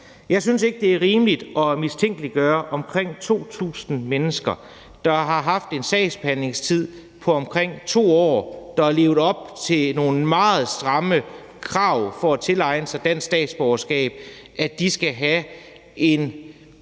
Jeg synes ikke, det er rimeligt at mistænkeliggøre omkring 2.000 mennesker, der har haft en sagsbehandlingstid på omkring 2 år, og som har levet op til nogle meget stramme krav for at tilegne sig dansk statsborgerskab, og give dem en